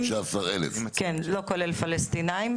לא כולל פלסטינים.